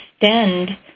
extend